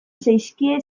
zaizkie